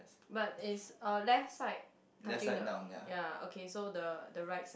but it's uh left side touching the ya okay so the the right